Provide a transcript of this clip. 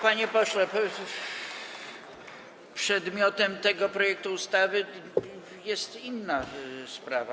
Panie pośle, przedmiotem tego projektu ustawy jest inna sprawa.